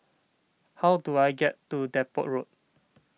how do I get to Depot Road